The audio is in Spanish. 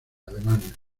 alemania